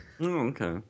okay